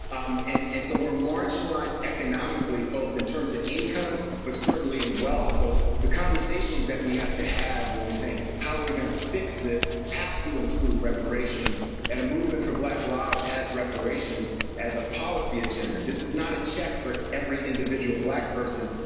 um and and so, we're marginalized economically both in terms of income but certainly in wealth. so, the conversations that we have to have, when we're saying how are we gonna fix this, have to include reparations and a movement for black lives has reparations as a policy agenda. this is not a check for every individual black person.